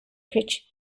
pitch